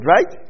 Right